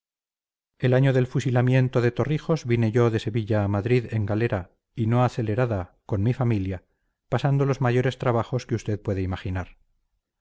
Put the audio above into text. el año del fusilamiento de torrijos vine yo de sevilla a madrid en galera y no acelerada con mi familia pasando los mayores trabajos que usted puede imaginar